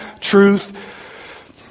truth